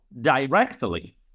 directly